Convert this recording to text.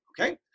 Okay